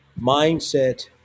Mindset